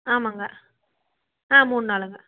ஆமாங்க ஆ மூணு நாளுங்க